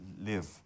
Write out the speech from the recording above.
live